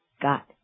got